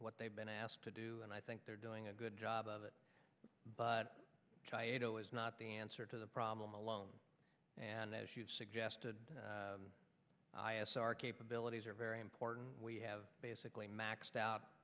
what they've been asked to do and i think they're doing a good job of it but not the answer to the problem alone and as you've suggested our capabilities are very important we have basically maxed